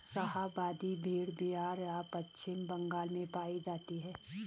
शाहाबादी भेड़ बिहार व पश्चिम बंगाल में पाई जाती हैं